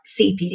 CPD